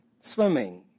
swimming